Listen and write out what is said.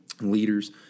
leaders